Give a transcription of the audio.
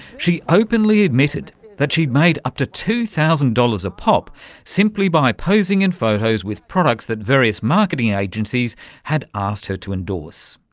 she openly admitted that she'd made up to two thousand dollars a pop simply by posing in photos with products that various marketing agencies had asked her to endorse.